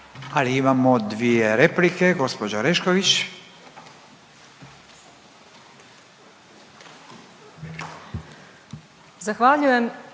Ali imamo dvije replike. Gđa Orešković.